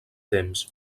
temps